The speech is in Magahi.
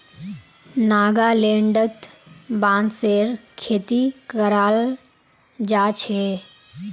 नागालैंडत बांसेर खेती कराल जा छे